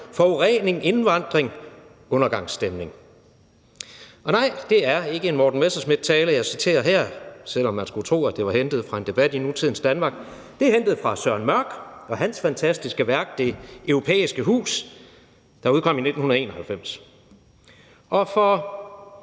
forurening, indvandring, undergangsstemning. Og nej, det er ikke en Morten Messerschmidt-tale, jeg citerer her, selv om man skulle tro, at det var hentet fra en debat i nutidens Danmark. Det er hentet fra Søren Mørch og hans fantastiske værk »Det europæiske hus«, der udkom i 1991. For